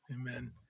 Amen